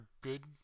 good